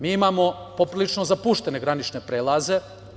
Mi imamo poprilično zapuštene granične prelaze.